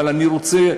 אבל אני רוצה,